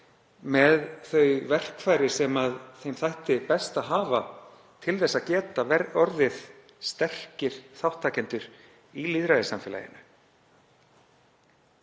með þau verkfæri sem þeim þætti best að hafa til að geta orðið sterkir þátttakendur í lýðræðissamfélaginu.